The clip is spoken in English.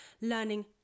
learning